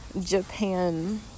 Japan